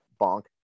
bonk